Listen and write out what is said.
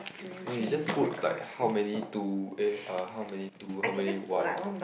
no you just put like how many two eh uh how many two how many one